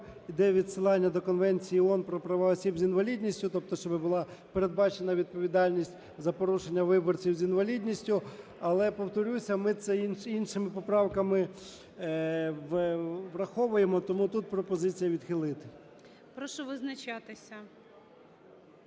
йде відсилання до Конвенції ООН про права осіб з інвалідністю, тобто щоби була передбачена відповідальність за порушення виборців з інвалідністю. Але, повторюся, ми це іншими поправками враховуємо, тому тут пропозиція відхилити. ГОЛОВУЮЧИЙ. Прошу визначатися.